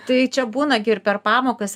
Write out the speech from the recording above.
tai čia būna per pamokas